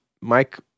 Mike